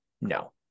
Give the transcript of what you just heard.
No